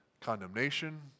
condemnation